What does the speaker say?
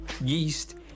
yeast